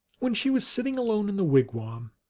when she was sitting alone in the wigwam,